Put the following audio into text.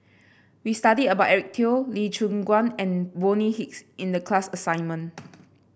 we studied about Eric Teo Lee Choon Guan and Bonny Hicks in the class assignment